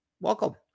welcome